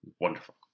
Wonderful